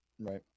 right